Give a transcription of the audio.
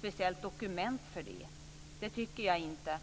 speciellt dokument för det. Det tycker jag inte.